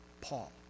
Paul